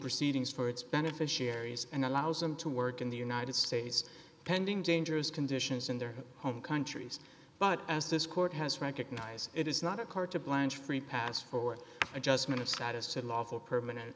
proceedings for its beneficiaries and allows them to work in the united states pending dangerous conditions in their home countries but as this court has recognized it is not a court to blanche free pass for adjustment of status to lawful permanent